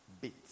bits